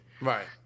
Right